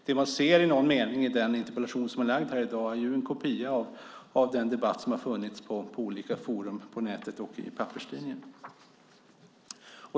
Det man i någon mening ser i den interpellation som har ställts är ju att det är en kopia av den debatt som har förts i olika forum på nätet och i papperstidningar.